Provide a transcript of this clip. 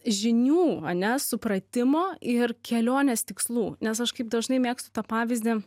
žinių ane supratimo ir kelionės tikslų nes aš kaip dažnai mėgstu tą pavyzdį